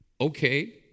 Okay